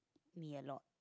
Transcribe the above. me a lot